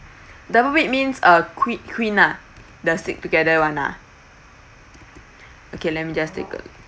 double bed means uh queen queen uh does stick together [one] lah okay let me just take note